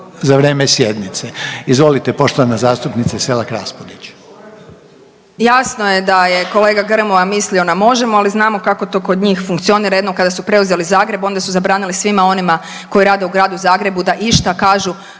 za vrijeme sjednice. Izvolite poštovana zastupnice Selak-Raspudić. **Selak Raspudić, Marija (Nezavisni)** Jasno je da je kolega Grmoja mislio na Možemo, ali znamo kako to kod njih funkcionira. Jednom kada su preuzeli Zagreb onda su zabranili svima onima koji rade u gradu Zagrebu da išta kažu